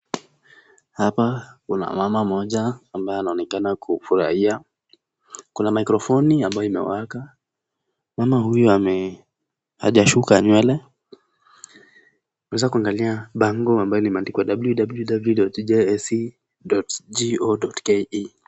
Hapa kuna mama mmoja ambaye anaonekana kufurahia, kuna maikrofini ambayo imewaka, mama huyu hajashuka nywele, tunaweza kuangalia bango ambalo limeandikwa www.tjsce.go.ke .